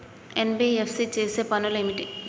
NBFC చేసే పనులు ఏమిటి?